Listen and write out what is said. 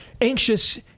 anxious